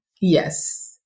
Yes